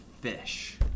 fish